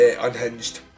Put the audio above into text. Unhinged